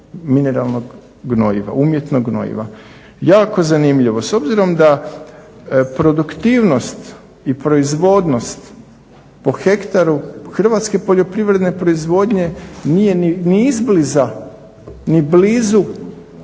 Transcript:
mineralnog gnojiva, umjetnog gnojiva. Jako zanimljivo s obzirom da produktivnost i proizvodnost po hektaru hrvatske poljoprivredne proizvodnje nije ni izbliza ni blizu